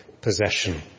possession